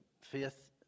Faith